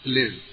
live